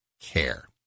care